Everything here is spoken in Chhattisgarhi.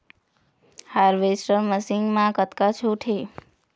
हारवेस्टर मशीन मा कतका छूट हे?